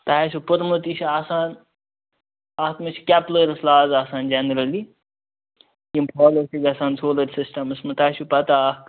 تۄہہِ آسوٕ پوٚرمُت یہِ چھُ آسان اتھ مَنٛز چھِ کیپلٲرٕس لاز آسان جَنرَلی یم فالوٗ چھِ گَژھان سولَر سِسٹَمَس مَنٛز تۄہہِ چھِ پَتاہ اَکھ